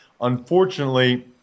unfortunately